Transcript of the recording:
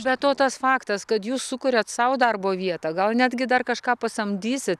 be to tas faktas kad jūs sukuriat sau darbo vietą gal netgi dar kažką pasamdysit